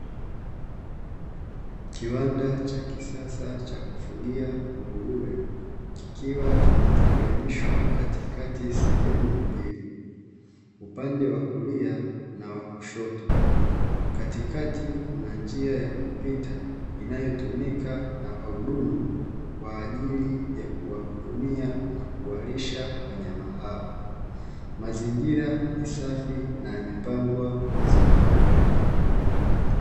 Kiwanda cha kisasa cha kufugia nguruwe, kikiwa kimetenganishwa katikati sehemu mbili, upande wa kulia na wa kushoto, katikati kuna njia ya kupita inayotumika na huduma kwa ajili ya kuwahudumia na kuwalisha wanyama hao. Mazingira ni safi na yamepangwa vizuri.